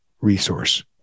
resource